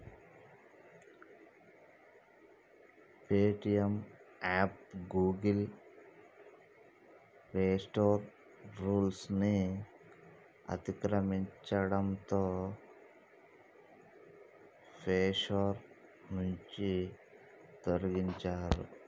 Paytm app Google Play Store rules ని అతిక్రమించడంతో Play Store నుంచి తొలగించారు